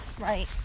Right